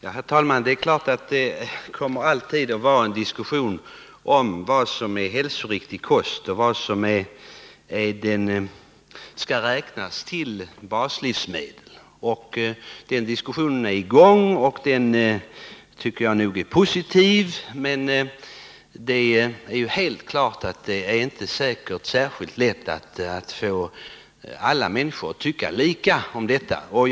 Herr talman! Det är klart att det alltid kommer att pågå en diskussion om vad som är hälsoriktig kost och vad som skall räknas som baslivsmedel. Den diskussionen är nu i gång och jag tycker att den är positiv. Det är helt klart att det inte är särskilt lätt att få alla människor att tycka lika i denna fråga.